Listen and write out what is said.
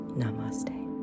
namaste